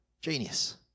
Genius